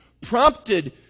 prompted